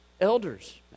elders